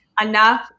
enough